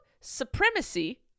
Supremacy